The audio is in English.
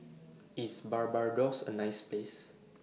IS Barbados A nice Place